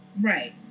Right